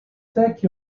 take